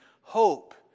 hope